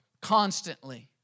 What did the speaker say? constantly